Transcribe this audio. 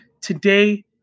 today